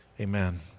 amen